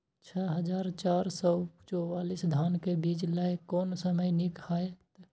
छः हजार चार सौ चव्वालीस धान के बीज लय कोन समय निक हायत?